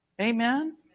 Amen